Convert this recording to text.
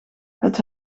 het